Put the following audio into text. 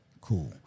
Cool